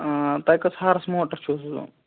تۄہہِ کٔژ ہارٕس موٹر چھُو ضروٗرت